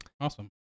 Awesome